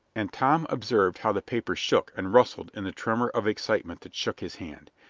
and tom observed how the paper shook and rustled in the tremor of excitement that shook his hand.